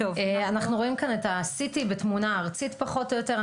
אנחנו רואים כאן את ה-CT בתמונה ארצית פחות או יותר.